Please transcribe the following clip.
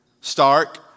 Stark